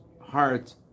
heart